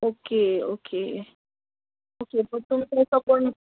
okay okay